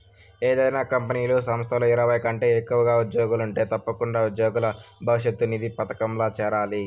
ఏదైనా కంపెనీలు, సంస్థల్ల ఇరవై కంటే ఎక్కువగా ఉజ్జోగులుంటే తప్పకుండా ఉజ్జోగుల భవిష్యతు నిధి పదకంల చేరాలి